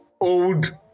old